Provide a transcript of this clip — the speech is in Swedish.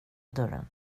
dörren